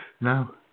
No